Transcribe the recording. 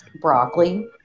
broccoli